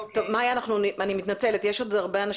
מאיה, אני מתנצלת, יש עוד הרבה אנשים.